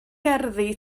gerddi